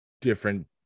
different